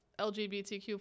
LGBTQ